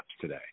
today